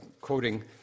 quoting